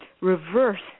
reverse